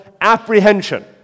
apprehension